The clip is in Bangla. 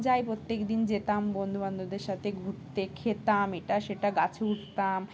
যাই প্রত্যেক দিন যেতাম বন্ধুবান্ধবদের সাথে ঘুরতে খেতাম এটা সেটা গাছে উঠতাম